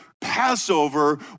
Passover